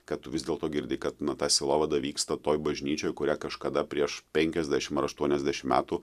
kad tu vis dėlto girdi kad na ta sielovada vyksta toj bažnyčioj kurią kažkada prieš penkiasdešim aštuoniasdešim metų